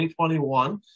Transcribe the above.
2021